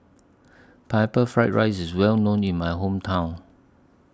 Pineapple Fried Rice IS Well known in My Hometown